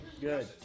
good